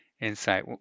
insight